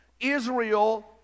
Israel